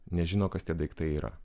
nežino kas tie daiktai yra